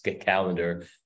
calendar